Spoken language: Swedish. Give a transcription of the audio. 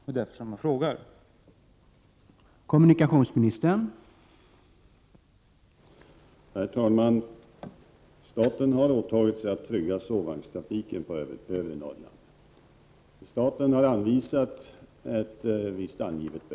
Det är därför jag har ställt frågan.